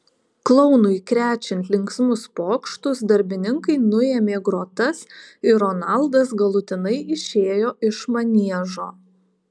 klounui krečiant linksmus pokštus darbininkai nuėmė grotas ir ronaldas galutinai išėjo iš maniežo